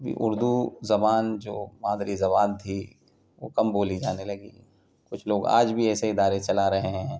ابھی اردو زبان جو مادری زبان تھی وہ کم بولی جانے لگی کچھ لوگ آج بھی ایسے ادارے چلا رہے ہیں